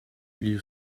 you